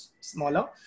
smaller